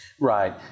Right